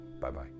Bye-bye